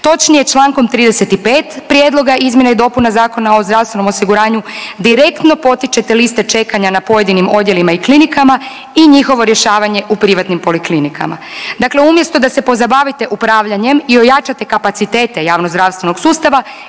Točnije člankom 35. Prijedloga izmjena i dopuna Zakona o zdravstvenom osiguranju direktno potičete liste čekanja na pojedinim odjelima i klinikama i njihovo rješavanje u privatnim poliklinikama. Dakle, umjesto da se pozabavite upravljanjem i ojačate kapacitete javno zdravstvenog sustava